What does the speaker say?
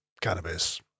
cannabis